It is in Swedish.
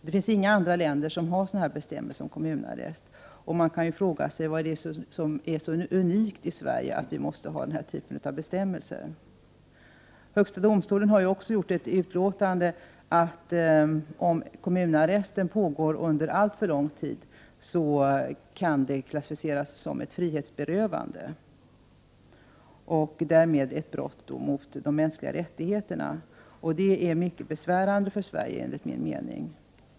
Det finns inga andra länder som har sådana bestämmelser om kommunarrest, och man kan fråga sig vad det är i Sverige som är så unikt att vi måste ha den här typen av bestämmelser. Högsta domstolen har ju också uttalat att om kommunarresten pågår under alltför lång tid, kan den klassificeras som ett frihetsberövande och därmed som ett brott mot de mänskliga rättigheterna. Det är enligt min mening mycket besvärande för Sverige.